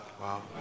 wow